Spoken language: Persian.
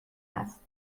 است